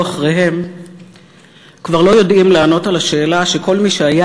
אחריהם כבר לא יודעים לענות על השאלה שכל מי שהיה